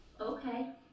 Okay